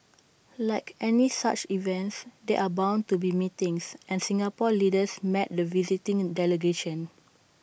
like any such events there are bound to be meetings and Singapore's leaders met the visiting delegation